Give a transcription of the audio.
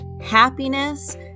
happiness